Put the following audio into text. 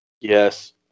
Yes